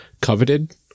coveted